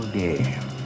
game